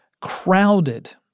crowded